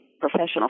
professional